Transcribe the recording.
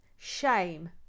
shame